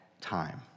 time